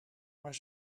maar